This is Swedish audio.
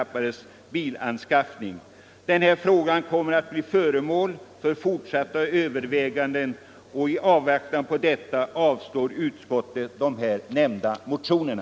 Frågan om att ersätta skattebefrielsen med individuellt prövade bidrag kommer alltså att bli föremål för fortsatta överväganden, och i avvaktan härpå avstyrker utskottet de nämnda motionerna.